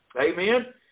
Amen